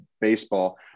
baseball